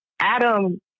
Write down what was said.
Adam